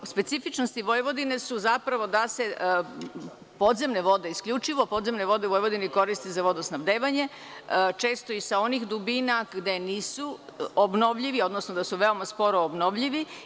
Specifičnosti Vojvodine su zapravo da se podzemne vode, isključivo, u Vojvodini koriste za vodosnabdevanje, a često i sa onih dubina gde nisu obnovljivi, odnosno da su veoma sporo obnovljivi.